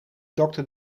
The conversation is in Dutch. dokter